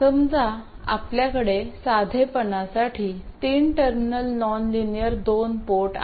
समजा आपल्याकडे साधेपणासाठी तीन टर्मिनल नॉनलिनियर दोन पोर्ट आहेत